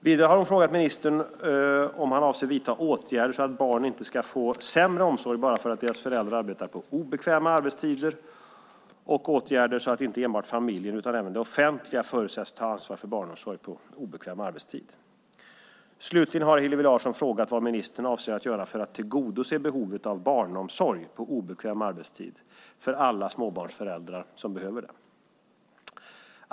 Vidare har hon frågat om ministern avser att vidta åtgärder så att barnen inte ska få sämre omsorg bara för att deras föräldrar arbetar på obekväma arbetstider och åtgärder så att inte enbart familjen, utan även det offentliga, förutsätts ta ansvar för barnomsorg på obekväm arbetstid. Slutligen har Hillevi Larsson frågat vad ministern avser att göra för att tillgodose behovet av barnomsorg på obekväm arbetstid för alla småbarnsföräldrar som behöver det.